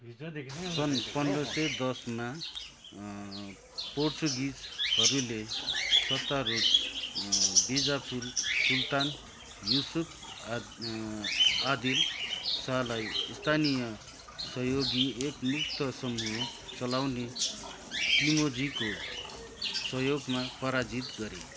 सन् पन्ध्र सय दसमा पोर्चुगिजहरूले सत्तारूढ बिजापुर सुल्तान युसुफ आ आदिल सालाई स्थानीय सहयोगी एक मुक्त समुह चलाउने टिमोजीको सहयोगमा पराजित गरे